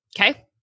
Okay